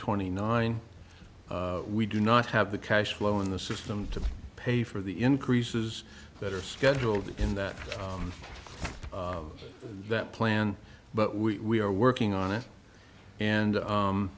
twenty nine we do not have the cash flow in the system to pay for the increases that are scheduled in that that plan but we are working on it and